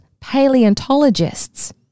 paleontologists